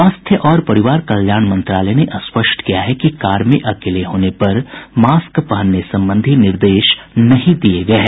स्वास्थ्य और परिवार कल्याण मंत्रालय ने स्पष्ट किया है कि कार में अकेले होने पर मास्क पहनने संबंधी निर्देश नहीं दिये गये हैं